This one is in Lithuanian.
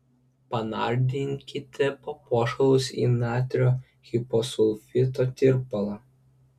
panardinkite papuošalus į natrio hiposulfito tirpalą